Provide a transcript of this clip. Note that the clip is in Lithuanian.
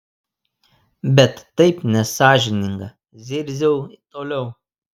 bet taip nesąžininga zirziau toliau